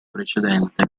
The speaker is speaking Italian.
precedente